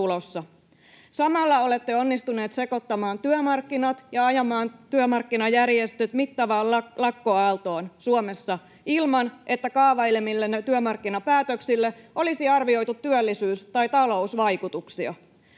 Samalla olette onnistuneet sekoittamaan työmarkkinat ja ajamaan työmarkkinajärjestöt mittavaan lakkoaaltoon Suomessa ilman, että kaavailemillenne työmarkkinapäätöksille olisi arvioitu työllisyys- tai talousvaikutuksia.